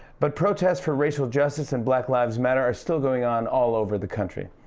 but protests for racial justice and black lives matter are still going on all over the country.